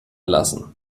lassen